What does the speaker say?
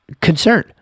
concern